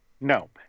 No